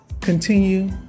continue